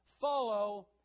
follow